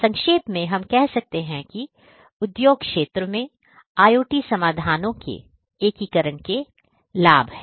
संक्षेप में हम कह सकते हैं कि उद्योग क्षेत्र में IOT समाधानों के एकीकरण के लाभ हैं